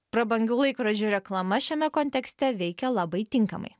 prabangių laikrodžių reklama šiame kontekste veikia labai tinkamai